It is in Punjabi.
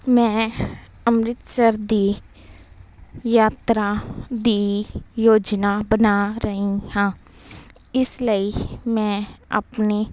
ਮੈਂ ਅੰਮ੍ਰਿਤਸਰ ਦੀ ਯਾਤਰਾ ਦੀ ਯੋਜਨਾ ਬਣਾ ਰਹੀ ਹਾਂ ਇਸ ਲਈ ਮੈਂ ਆਪਣੇ